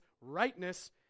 rightness